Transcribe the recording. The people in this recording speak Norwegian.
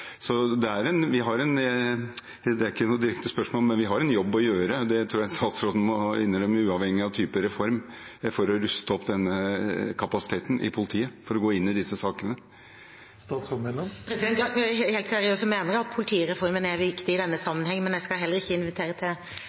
er ikke noe direkte spørsmål, men vi har en jobb å gjøre – det tror jeg statsråden må innrømme, uavhengig av type reform – for å ruste opp denne kapasiteten i politiet til å gå inn i disse sakene. Helt seriøst mener jeg at politireformen er viktig i denne sammenhengen, men jeg skal heller ikke invitere